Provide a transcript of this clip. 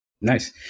Nice